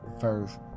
first